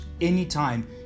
anytime